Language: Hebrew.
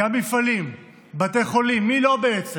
גם מפעלים, בתי חולים, מי לא, בעצם.